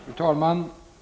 Fru talman!